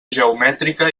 geomètrica